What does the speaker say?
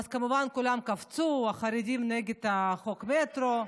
ואז כמובן כולם קפצו: החרדים נגד חוק המטרו,